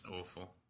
awful